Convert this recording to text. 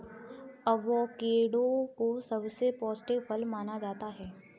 avocado को सबसे पौष्टिक फल माना जाता है